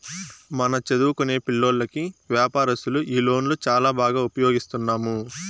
మన చదువుకొనే పిల్లోల్లకి వ్యాపారస్తులు ఈ లోన్లు చాలా బాగా ఉపయోగిస్తున్నాము